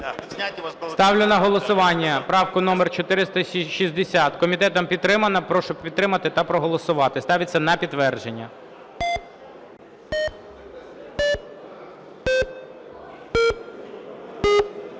Ставлю на голосування правку номер 460. Комітетом підтримана. Прошу підтримати та проголосувати. Ставиться на підтвердження.